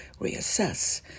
reassess